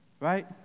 right